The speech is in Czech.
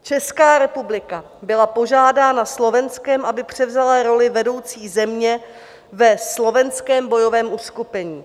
Česká republika byla požádána Slovenskem, aby převzala roli vedoucí země ve slovenském bojovém uskupení.